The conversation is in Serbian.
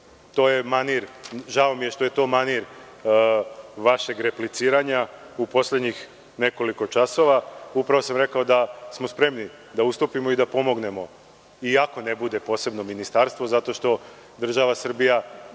da nisam rekao i to je manir vašeg repliciranja u poslednjih nekoliko časova. Upravo sam rekao da smo spremni da ustupimo i pomognemo i ako ne bude posebno ministarstvo zato što država Srbije